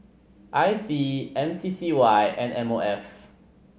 I C M C C Y and M O F